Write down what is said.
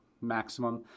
maximum